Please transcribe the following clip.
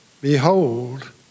Behold